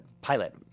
pilot